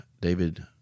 david